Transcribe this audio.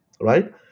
right